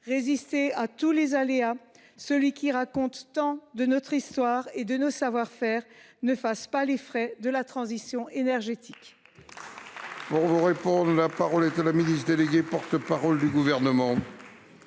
résisté à tous les aléas, celui qui raconte tant de notre histoire et de nos savoir faire, ne fasse pas les frais de la transition énergétique.